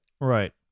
right